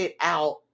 out